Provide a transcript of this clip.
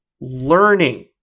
learning